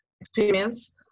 experience